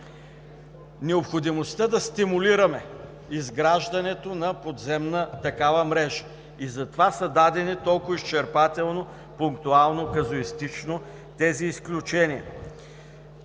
необходимостта да стимулираме изграждането на подземна такава мрежа. Затова са дадени толкова изчерпателно, пунктуално тези изключения